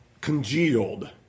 congealed